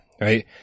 right